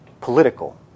political